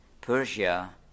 Persia